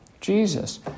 Jesus